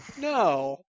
No